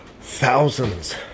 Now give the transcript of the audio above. thousands